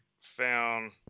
found